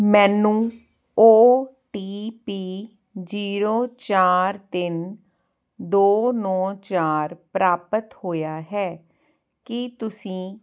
ਮੈਨੂੰ O T P zero ਚਾਰ ਤਿੰਨ ਦੋ ਨੌਂ ਚਾਰ ਪ੍ਰਾਪਤ ਹੋਇਆ ਹੈ ਕੀ ਤੁਸੀਂ